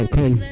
Come